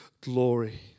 glory